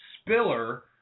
Spiller